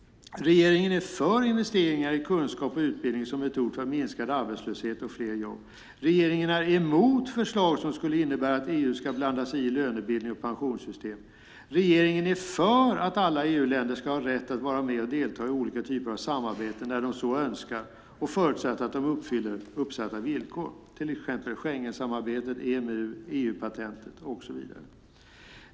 Regeringen är för investeringar i kunskap och utbildning som metod för minskad arbetslöshet och fler jobb. Regeringen är emot förslag som skulle innebära att EU ska blanda sig i lönebildning och pensionssystem. Regeringen är för att alla EU-länder ska ha rätt att vara med och delta i olika typer av samarbeten när de så önskar förutsatt att de uppfyller uppsatta villkor. Det gäller till exempel Schengensamarbetet, EMU och EU-patentet.